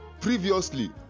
Previously